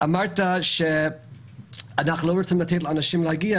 אמרת שאנחנו לא רוצים לתת לאנשים להגיע